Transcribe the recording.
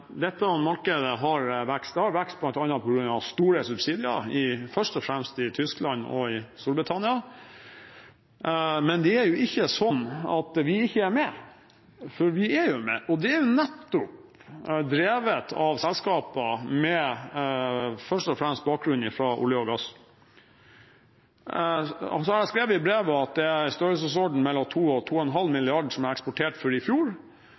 har vokst bl.a. på grunn av store subsidier, først og fremst i Tyskland og i Storbritannia. Men det er ikke slik at vi ikke er med – for vi er med. Dette er drevet først og fremst av selskaper med bakgrunn fra olje og gass. Jeg har skrevet i brevet at det er i størrelsesorden 2–2,5 mrd. kr det ble eksportert for i fjor.